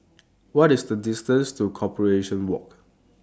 What IS The distance to Corporation Walk